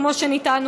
כמו שניתן,